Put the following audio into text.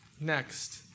Next